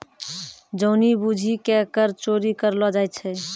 जानि बुझि के कर चोरी करलो जाय छै